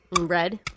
Red